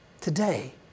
today